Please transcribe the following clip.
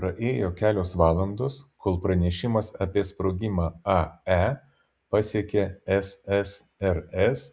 praėjo kelios valandos kol pranešimas apie sprogimą ae pasiekė ssrs